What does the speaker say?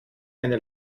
eine